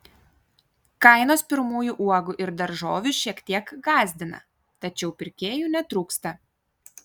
kainos pirmųjų uogų ir daržovių šiek tiek gąsdina tačiau pirkėjų netrūksta